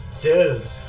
Dude